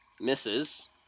Misses